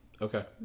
Okay